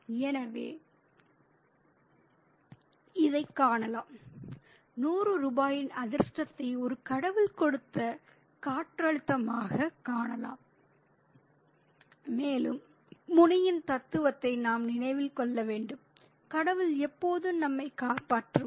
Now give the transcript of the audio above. எனவே இதைக் காணலாம் 100 ரூபாயின் அதிர்ஷ்டத்தை ஒரு கடவுள் கொடுத்த காற்றழுத்தமாகக் காணலாம் மேலும் முனியின் தத்துவத்தை நாம் நினைவில் கொள்ள வேண்டும் கடவுள் எப்போதும் நம்மைக் காப்பாற்றுவார்